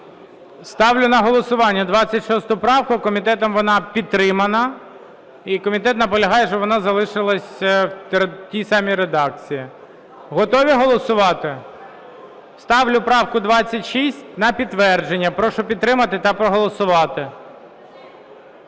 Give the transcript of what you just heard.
Ставлю на голосування 26 правку. Комітетом вона підтримана. І комітет наполягає, щоб вона залишилась в тій самій редакції. Готові голосувати? Ставлю правку 26 на підтвердження. Прошу підтримати та проголосувати.